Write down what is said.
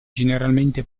generalmente